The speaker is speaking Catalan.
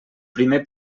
primer